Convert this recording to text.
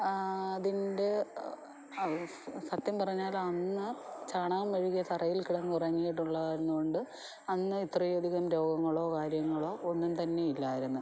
അതിൻ്റെ അത് സത്യം പറഞ്ഞാൽ അന്ന് ചാണകം മെഴുകിയ തറയിൽ കിടന്നുറങ്ങിയിട്ടുള്ളായിരുന്നതുകൊണ്ട് അന്ന് ഇത്രയധികം രോഗങ്ങളോ കാര്യങ്ങളോ ഒന്നും തന്നെ ഇല്ലായിരുന്നു